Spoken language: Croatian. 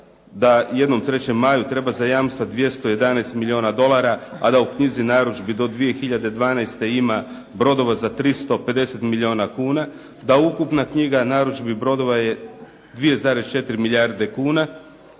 "3. maju" treba za jamstva 211 milijuna dolara, a da u knjizi narudžbi do 2012. ima brodova za 350 milijuna kuna, da ukupna knjiga narudžbi brodova je 2,4 milijarde kuna,